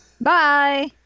Bye